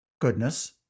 goodness